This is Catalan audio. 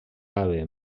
haver